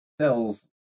cells